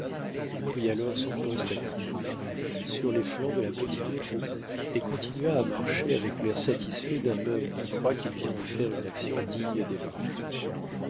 il prit alors son poste accoutumé sur les flancs de la petite troupe et continua à marcher avec l'air satisfait d'un homme qui croit qu'il vient de faire une action digne d'éloges